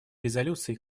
резолюций